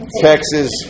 Texas